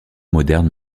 moderne